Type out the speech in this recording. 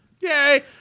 Yay